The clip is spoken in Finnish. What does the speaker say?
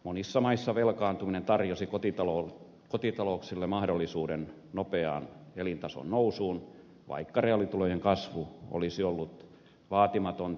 monissa maissa velkaantuminen tarjosi kotitalouksille mahdollisuuden nopeaan elintason nousuun vaikka reaalitulojen kasvu olisi ollut vaatimatonta